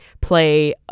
play